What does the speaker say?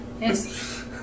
Yes